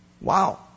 Wow